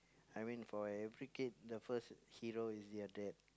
I mean for every kid the first hero is their dad